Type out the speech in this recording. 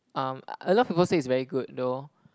um a lot of people say it's very good though